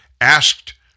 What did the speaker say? asked